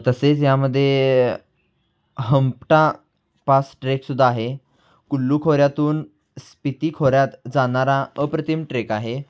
तसेच यामध्ये हंपटा पास ट्रेकसुद्धा आहे कुल्लू खोऱ्यातून स्पिती खोऱ्यात जाणारा अप्रतिम ट्रेक आहे